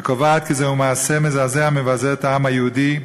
וקובעת כי זהו מעשה מזעזע המבזה את העם היהודי,